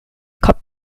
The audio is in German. kommt